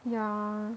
ya